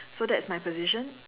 so that's my position